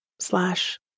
Slash